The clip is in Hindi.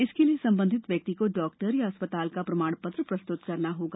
इसके लिये संबंधित व्यक्ति को डॉक्टर या अस्पताल का प्रमाण पत्र प्रस्तुत करना होगा